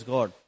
God